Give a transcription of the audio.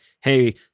hey